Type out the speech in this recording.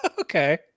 Okay